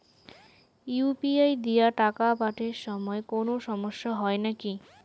UPI দিয়া টাকা পাঠের সময় কোনো সমস্যা হয় নাকি?